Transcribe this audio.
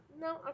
No